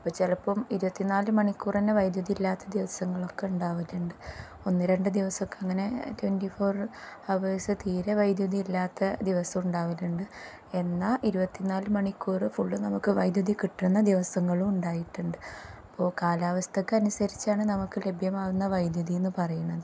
അപ്പം ചിലപ്പം ഇരുപത്തിനാല് മണിക്കൂറുതന്നെ വൈദ്യുതി ഇല്ലാത്ത ദിവസങ്ങളൊക്കെ ഉണ്ടാവലുണ്ട് ഒന്ന് രണ്ട് ദിവസം ഒക്കെ അങ്ങനെ ട്വൻറി ഫോർ ഹവേഴ്സ് തീരെ വൈദ്യുതി ഇല്ലാത്ത ദിവസം ഉണ്ടാവലുണ്ട് എന്നാൽ ഇരുപത്തിനാൽ മണിക്കൂറ് ഫുള്ള് നമുക്ക് വൈദ്യുതി കിട്ടുന്ന ദിവസങ്ങളും ഉണ്ടായിട്ടുണ്ട് അപ്പോൾ കാലാവസ്ഥയ്ക്കനുസരിച്ചാണ് നമുക്ക് ലഭ്യമാകുന്ന വൈദ്യുതി എന്ന് പറയുന്നത്